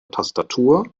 tastatur